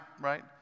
right